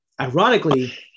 ironically